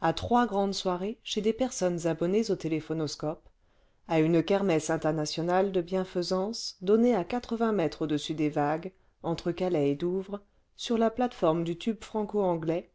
à trois grandes soirées chez des personnes abonnées au téléphonoscope à une kermesse internationale de bienfaisance donnée à mètres au-dessus des vagues entre calais et douvres sur la plateforme du tube franco anglais